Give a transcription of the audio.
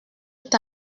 est